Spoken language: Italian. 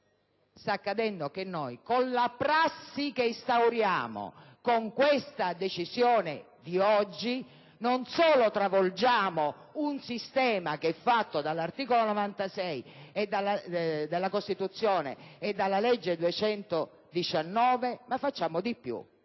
sta accadendo allora? Con la prassi che instauriamo, con questa decisione di oggi, non solo travolgiamo un sistema che è fatto dall'articolo 96 della Costituzione e dalla legge n. 219, ma facciamo di più,